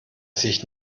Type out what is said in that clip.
sich